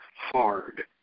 Hard